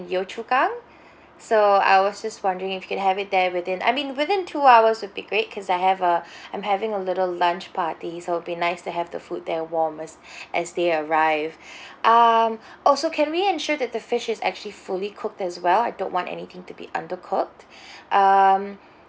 yio chu kang so I was just wondering if you can have it there within I mean within two hours would be great because I have a I'm having a little lunch party so it will be nice to have the food there warm as as they arrive um also can we ensure that the fish is actually fully cooked as well I don't want anything to be undercooked um